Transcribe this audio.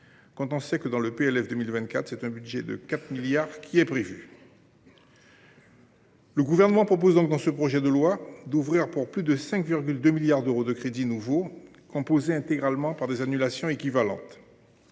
quand on sait que, dans le PLF 2024, un budget de 4 milliards est prévu pour ce dispositif. Le Gouvernement propose donc dans ce PLFG d’ouvrir pour plus de 5,2 milliards d’euros de crédits nouveaux, compensés intégralement par des annulations équivalentes.